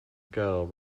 girl